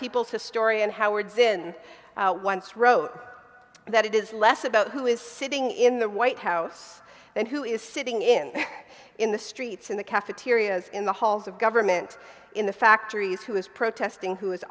people's historian howard zinn once wrote that it is less about who is sitting in the white house and who is sitting in in the streets in the cafeterias in the halls of government in the factories who is protesting who